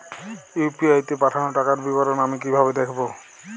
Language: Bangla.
ইউ.পি.আই তে পাঠানো টাকার বিবরণ আমি কিভাবে দেখবো?